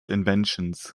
inventions